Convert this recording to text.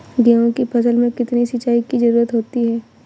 गेहूँ की फसल में कितनी सिंचाई की जरूरत होती है?